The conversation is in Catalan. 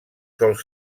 sol